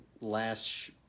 last